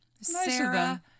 Sarah